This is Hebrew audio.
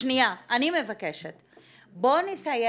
בואו נסיים